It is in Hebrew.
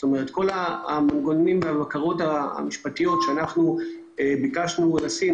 ההחלטה כוללת את כל המנגנונים והבקרות המשפטיות שאנחנו ביקשנו לשים.